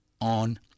on